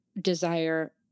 desire